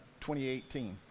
2018